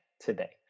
today